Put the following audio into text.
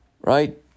right